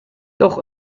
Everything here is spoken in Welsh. dowch